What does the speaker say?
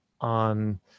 on